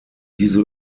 diese